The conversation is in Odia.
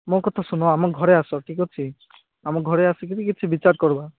ମୋ କଥା ଶୁନ ଆମ ଘରେ ଆସ ଠିକ୍ ଅଛି ଆମ ଘରେ ଆସିକିରି କିଛି ବିଚାର କରବା